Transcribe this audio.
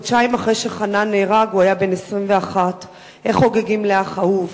חודשיים אחרי שחנן נהרג הוא היה בן 21. איך חוגגים לאח אהוב?